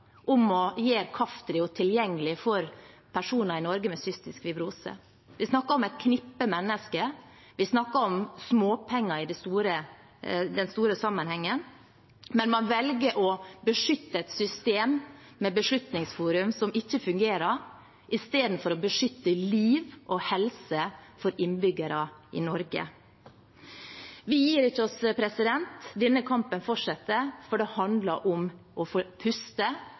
om å gjøre Kaftrio tilgjengelig for personer i Norge med cystisk fibrose. Vi snakker om et knippe mennesker. Vi snakker om småpenger i den store sammenhengen. Man velger å beskytte et system – Beslutningsforum for nye metoder – som ikke fungerer, i stedet for å beskytte liv og helse for innbyggerne i Norge. Men vi gir oss ikke. Denne kampen fortsetter. For det handler om å få puste,